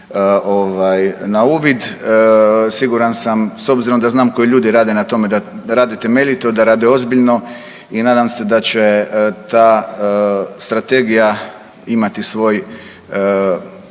na uvid. Siguran sam s obzirom da znam koji ljudi rade na tome da rade temeljito, da rade ozbiljno i nadam se da će ta strategija imati svoj